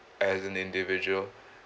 as an individual